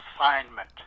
assignment